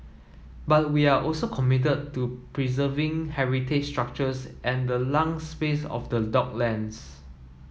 but we are also committed to preserving heritage structures and the lung space of the docklands